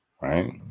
Right